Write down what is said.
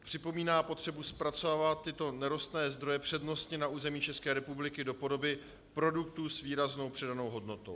Připomíná potřebu zpracovávat tyto nerostné zdroje přednostně na území České republiky do podoby produktů s výraznou přidanou hodnotou.